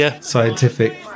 scientific